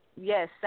Yes